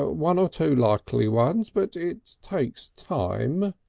ah one or two likely ones. but it takes time.